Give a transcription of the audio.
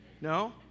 No